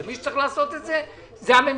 50 מיליון שקלים שקרה איזה משהו בתהליך והם הלכו